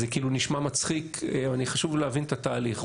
זה נשמע מצחיק אבל חשוב להבין את התהליך.